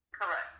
Correct